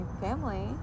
family